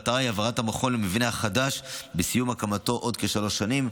המטרה היא העברת המכון למבנה החדש בסיום הקמתו עוד כשלוש שנים.